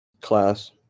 Class